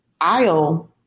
aisle